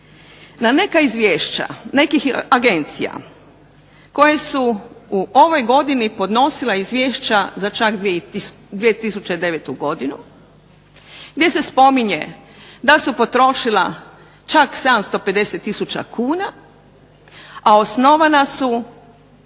na neka izvješća nekih agencija koje su u ovoj godini podnosila izvješća za čak 2009. godinu gdje se spominje da su potrošila čak 750 tisuća kuna, a osnovana su